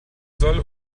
soll